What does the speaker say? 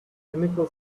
clinical